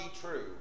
true